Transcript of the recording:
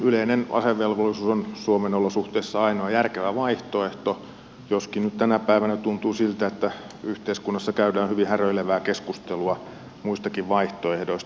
yleinen asevelvollisuus on suomen olosuhteissa ainoa järkevä vaihtoehto joskin tänä päivänä tuntuu siltä että yhteiskunnassa käydään hyvin häröilevää keskustelua muistakin vaihtoehdoista